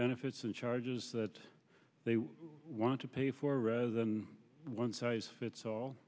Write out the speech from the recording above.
benefits of charges that they want to pay for rather than one size fits all